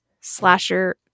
slasher